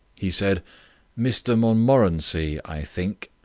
he said mr montmorency, i think?